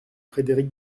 frédéric